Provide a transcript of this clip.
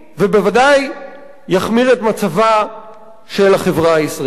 ובוודאי יחמיר את מצבה של החברה הישראלית.